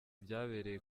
byabereye